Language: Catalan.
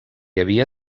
havia